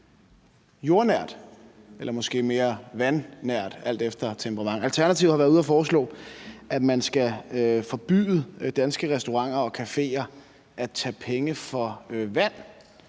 jordnært eller måske mere vandnært, alt efter temperament. Alternativet har været ude at foreslå, at man skal forbyde danske restauranter og caféer at tage penge for vand.